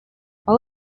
all